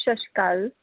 ਸਤਿ ਸ਼੍ਰੀ ਅਕਾਲ